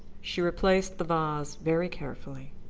she replaced the vase very carefully,